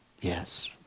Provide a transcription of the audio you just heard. Yes